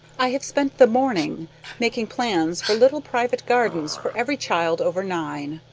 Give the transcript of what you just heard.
i have spent the morning making plans for little private gardens for every child over nine.